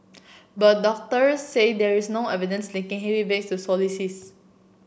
but doctors say there is no evidence linking heavy bags to scoliosis